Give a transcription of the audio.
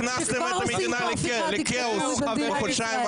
שכבר עושים הפיכה דיקטטורית במדינת ישראל.